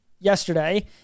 yesterday